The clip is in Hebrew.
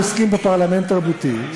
ואנחנו עוסקים בפרלמנט תרבותי,